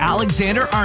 Alexander